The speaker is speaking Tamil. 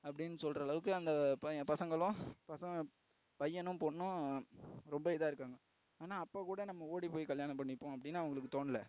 அப்படின்னு சொல்கிற அளவுக்கு அந்த பைய பசங்களும் பசங்க பையனும் பொண்ணும் ரொம்ப இதாக இருக்காங்க ஆனால் அப்போக்கூட நம்ம ஓடிப்போய் கல்யாணம் பண்ணிப்போம் அப்படின்னு அவங்களுக்கு தோணல